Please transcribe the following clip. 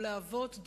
או להוות,